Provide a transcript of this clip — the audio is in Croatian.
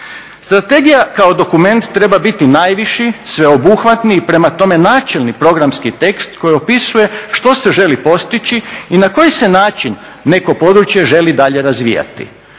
Strategija kao dokument treba biti najviši, sveobuhvatni i prema tome načelni programski tekst koji opisuje što se želi postići i na koji se način neko područje želi dalje razvijati.